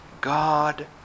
God